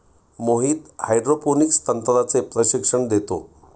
Mohit hydroponics तंत्राचे प्रशिक्षण देतो